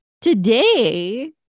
today